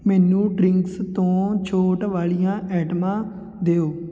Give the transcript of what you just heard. ਮੈਨੂੰ ਡਰਿੰਕਸ ਤੋਂ ਛੋਟ ਵਾਲੀਆਂ ਆਈਟਮਾਂ ਦਿਓ